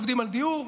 עובדים על דיור,